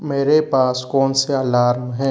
मेरे पास कौन से अलार्म हैं